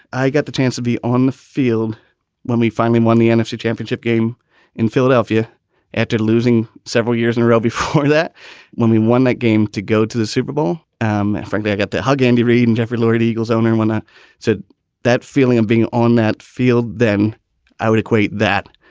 i get the chance to be on the field when we finally won the nfc championship game in philadelphia after losing several years in a row before that when we won that game to go to the super bowl. um frankly, i got to hug andy reid and jeffrey lord eagles owner. when i said that feeling of being on that field, then i would equate that.